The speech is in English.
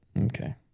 Okay